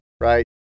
Right